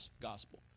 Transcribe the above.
gospel